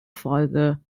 folge